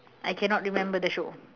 I cannot remember the show